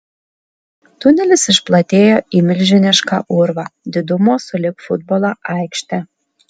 tunelis išplatėjo į milžinišką urvą didumo sulig futbolo aikšte